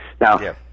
Now